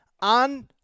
on